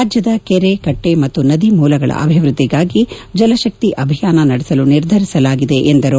ರಾಜ್ಯದ ಕೆರೆ ಕಟ್ಟೆ ಮತ್ತು ನದಿ ಮೂಲಗಳ ಅಭಿವೃದ್ಧಿಗಾಗಿ ಜಲಶಕ್ತಿ ಅಭಿಯಾನ ನಡೆಸಲು ನಿರ್ಧರಿಸಲಾಗಿದೆ ಎಂದರು